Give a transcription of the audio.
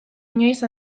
inoiz